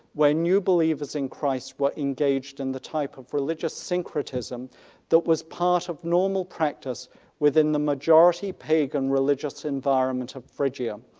where new believers in christ were engaged in the type of religious syncretism that was part of normal practice within the majority pagan religious environment of phrygia.